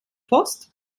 post